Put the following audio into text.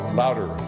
louder